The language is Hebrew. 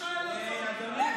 שואל אותך בכלל?